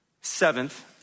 Seventh